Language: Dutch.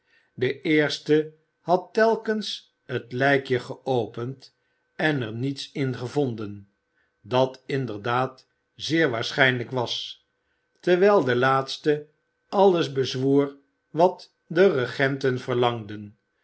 de eerste had telkens het lijkje geopend en er niets in gevonden dat inderdaad zeer waarschijnlijk was terwijl de laatste alles bezwoer wat de regenten verlangden